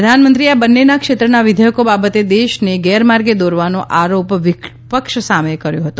પ્રધાનમંત્રીએ આ બંનેનાં ક્ષેત્રનાં વિધેયકો બાબતે દેશને ગેરમાર્ગે દોરવાનો આરોપ વિપક્ષ સામે કર્યો હતો